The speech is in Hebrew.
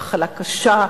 היא מחלה קשה,